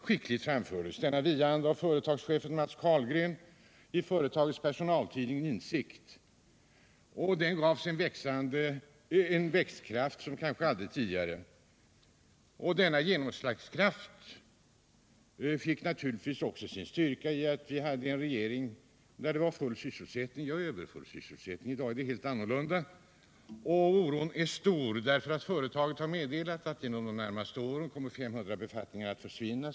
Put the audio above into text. Skickligt framfördes denna ”vi-anda” av företagschefen Matts Carlgren i företagets personaltidning Insikt och gavs en växtkraft som kanske aldrig tidigare. Den fick också sin styrka och genomslagskraft under den gamla regeringens tid då det rådde full, ja överfull sysselsättning. I dag är det helt annorlunda, och oron är stor därför att företaget har meddelat att 500 befattningar kommer att försvinna inom de närmaste åren.